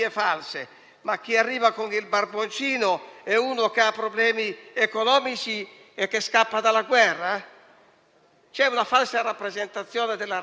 Se poi arrivano con il virus, diciamo: ma no, proibiamo piuttosto gli ingressi ai turisti, come abbiamo fatto l'altro ieri, con la proroga